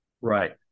right